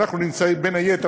בין היתר,